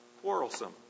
quarrelsome